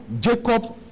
Jacob